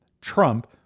Trump